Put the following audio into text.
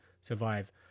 survive